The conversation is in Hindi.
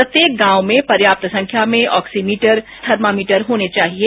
प्रत्येक गांव में पर्याप्त संख्या में ऑक्सीमीटर और थर्मामीटर होने चाहिये